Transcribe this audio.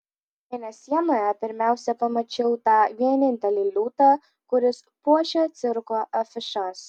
mėnesienoje pirmiausia pamačiau tą vienintelį liūtą kuris puošia cirko afišas